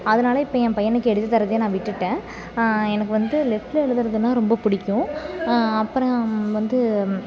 அதனால் இப்போ என் பையனுக்கு எழுதித்தருதையே நான் விட்டுவிட்டேன் எனக்கு வந்து லெஃப்ட்டில் எழுதுறதுன்னால் ரொம்ப பிடிக்கும் அப்புறம் வந்து